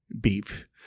beef